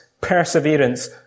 perseverance